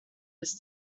his